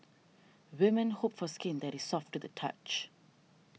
women hope for skin that is soft to the touch